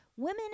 Women